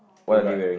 two guy